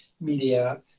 media